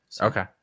okay